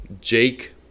Jake